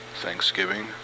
Thanksgiving